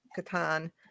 Katan